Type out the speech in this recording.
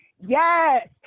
Yes